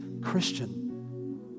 Christian